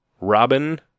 Robin